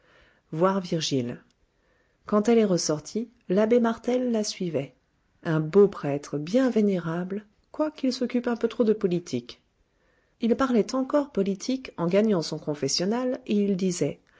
voir virgile quand elle est ressortie l'abbé martel la suivait un beau prêtre bien vénérable quoiqu'il s'occupe un peu trop de politique il parlait encore politique en gagnant son confessionnal et il disait